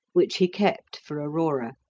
which he kept for aurora.